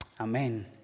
amen